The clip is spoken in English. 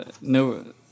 no